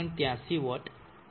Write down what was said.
83 vote આવે છે